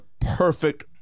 perfect